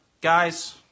Guys